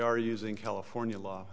are using california law